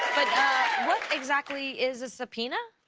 what exactly is a subpoena?